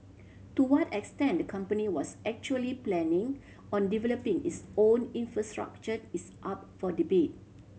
to what extent the company was actually planning on developing its own infrastructure is up for debate